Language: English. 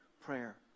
prayer